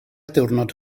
diwrnod